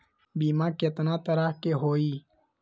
बीमा केतना तरह के होइ?